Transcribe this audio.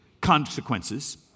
Consequences